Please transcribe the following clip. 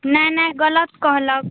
नहि नहि गलत कहलक